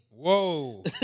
Whoa